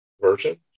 version